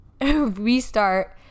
restart